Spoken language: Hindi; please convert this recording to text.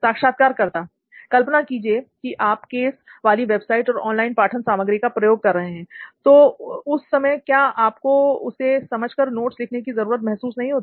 साक्षात्कारकर्ता कल्पना कीजिए कि आप केस वाली वेबसाइट और ऑनलाइन पाठन सामग्री का प्रयोग कर रहे हैं तो उस समय क्या आपको उसे समझ कर नोट्स लिखने की जरूरत महसूस नहीं होती